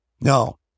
No